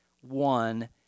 one